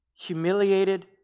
humiliated